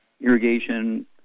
irrigation